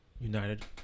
United